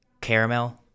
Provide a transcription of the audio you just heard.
caramel